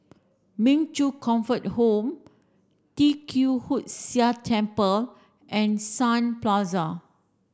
Min Chong Comfort Home Tee Kwee Hood Sia Temple and Sun Plaza